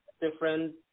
different